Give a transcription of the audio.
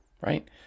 right